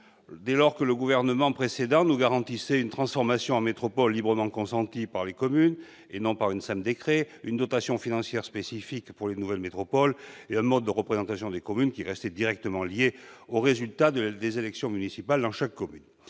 dès lors que le gouvernement précédent nous garantissait une transformation en métropole librement consentie par les communes, et non effectuée un simple décret, une dotation financière spécifique pour les nouvelles métropoles et un mode de représentation des communes qui restait directement lié au résultat de l'élection municipale dans chaque commune.